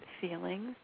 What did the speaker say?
feelings